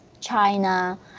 China